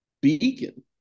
beacon